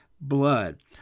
blood